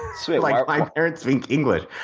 so like my parents speak english,